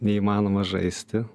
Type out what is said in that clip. neįmanoma žaisti